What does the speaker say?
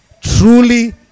truly